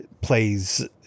plays